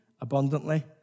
abundantly